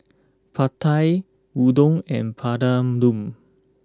Pad Thai Udon and Papadum